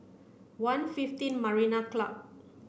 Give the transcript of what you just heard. one fifteen Marina Club